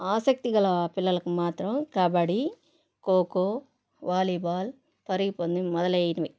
ఆసక్తి గల పిల్లలకు మాత్రం కబడీ ఖోఖో వాలీబాల్ పరిగి పందెం మొదలైనవి